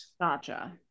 Gotcha